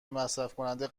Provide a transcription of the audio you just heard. مصرفکننده